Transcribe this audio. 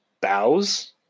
bows